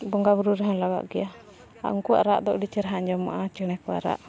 ᱵᱚᱸᱜᱟ ᱵᱩᱨᱩ ᱨᱮᱦᱚᱸ ᱞᱟᱜᱟᱜ ᱜᱮᱭᱟ ᱟᱨ ᱩᱱᱠᱩᱣᱟᱜ ᱨᱟᱜ ᱫᱚ ᱟᱹᱰᱤ ᱪᱮᱨᱦᱟ ᱟᱸᱡᱚᱢᱚᱜᱼᱟ ᱪᱮᱬᱮ ᱠᱚᱣᱟᱜ ᱨᱟᱜ